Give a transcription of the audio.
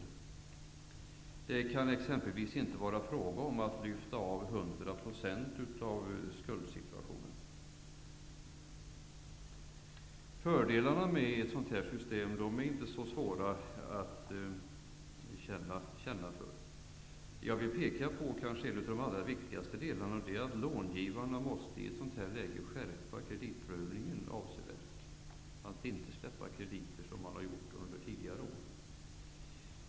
Det kan exempelvis inte bli fråga om att lyfta av 100 % av en skuld. Fördelarna med ett sådant här system är det inte svårt att känna för. Mycket viktigt i ett sådant här läge är att långivarna skärper kreditprövningen avsevärt och inte ger krediter så lättvindigt som man gjort under senare år.